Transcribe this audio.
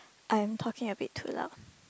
I'm talking a bit too loud